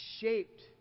shaped